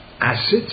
assets